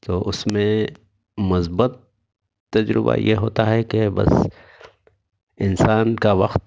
تو اس میں مثبت تجربہ یہ ہوتا ہے کہ بس انسان کا وقت